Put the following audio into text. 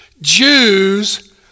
Jews